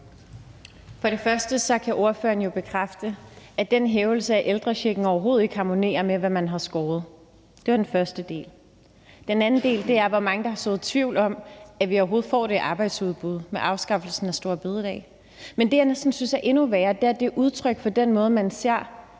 vil jeg sige, at ordføreren jo kan bekræfte, at den hævelse af ældrechecken overhovedet ikke harmonerer med, hvad man har skåret ned på. Det var den første del. Den anden del er, hvor mange der har sået tvivl om, at vi overhovedet får det arbejdsudbud med afskaffelsen af store bededag. Men det, jeg næsten synes er endnu værre, er, at det er udtryk for den måde, man ser